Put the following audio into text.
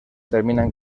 terminan